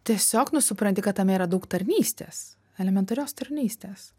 tiesiog nu supranti kad tame yra daug tarnystės elementarios tarnystės